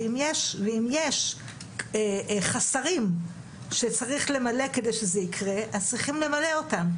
ואם יש חסרים שצריך למלא כדי שזה יקרה אז צריכים למלא אותם.